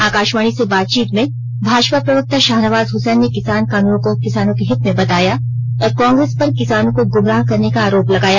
आकाशवाणी से बातचीत में भाजपा प्रवक्ता शाहनवाज हुसैन ने किसान कानूनों को किसानों के हित में बताया और कांग्रेस पर किसानों को गुमराह करने का आरोप लगाया